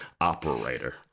operator